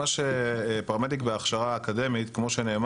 פרמדיק בעצמי כבר מספר שנים.